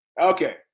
Okay